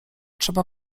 trzeba